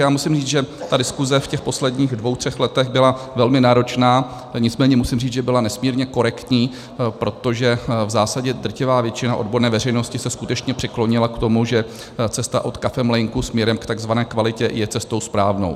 Já musím říct, že ta diskuse v těch posledních dvou třech letech byla velmi náročná, nicméně musím říct, že byla nesmírně korektní, protože v zásadě drtivá většina odborné veřejnosti se skutečně přiklonila k tomu, že cesta od kafemlýnku směrem k tzv. kvalitě je cestou správnou.